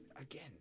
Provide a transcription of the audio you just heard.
Again